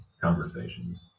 conversations